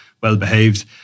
well-behaved